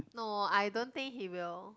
no I don't think he will